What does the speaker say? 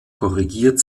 korrigiert